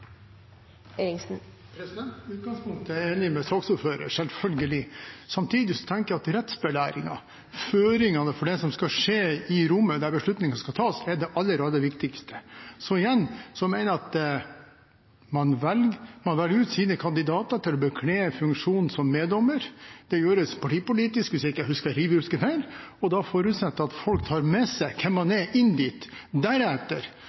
enig med saksordføreren, selvfølgelig. Samtidig tenker jeg at rettsbelæringen – føringen for det som skal skje i rommet der beslutningen skal tas – er det aller viktigste. Så igjen mener jeg at man velger ut sine kandidater til å bekle funksjonen som meddommer. Det gjøres partipolitisk, hvis jeg ikke husker riv, ruskende feil, og da forutsetter man at folk har med seg hvem man er, inn dit. Deretter